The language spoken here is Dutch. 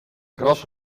kras